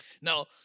Now